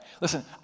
Listen